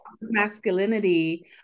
masculinity